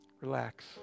relax